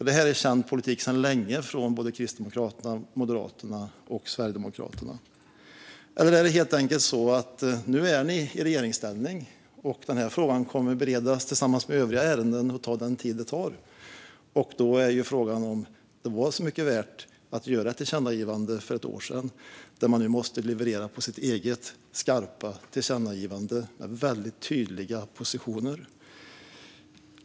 Detta är känd politik sedan länge från Kristdemokraterna, Moderaterna och Sverigedemokraterna. Eller är det så att nu när ni är i regeringsställning kommer denna fråga att beredas med övriga ärenden och ta den tid den tar? Då är frågan om det var så mycket värt att göra ett tillkännagivande för ett år sedan. Nu måste ni ju leverera på ert eget skarpa tillkännagivande med väldigt tydliga positioner.